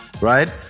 Right